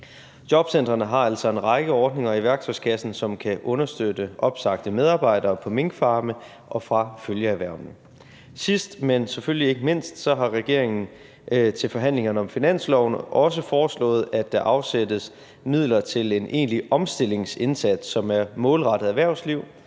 Jobcentrene har altså en række ordninger i værktøjskassen, som kan understøtte opsagte medarbejdere på minkfarmene og fra følgeerhvervene. Sidst, men selvfølgelig ikke mindst, har regeringen til forhandlingerne om finansloven også foreslået, at der afsættes midler til en egentlig omstillingsindsats, som er målrettet erhvervsliv